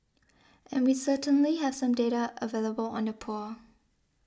and we certainly have some data available on the poor